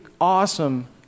awesome